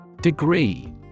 Degree